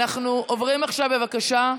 אנחנו עוברים עכשיו להצבעה, בבקשה.